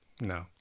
No